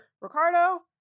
Ricardo